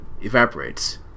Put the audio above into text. evaporates